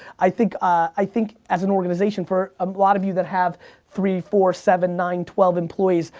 i think i think as an organization for a lot of you that have three, four, seven, nine, twelve employees,